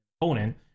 opponent